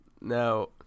now